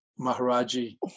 Maharaji